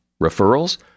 Referrals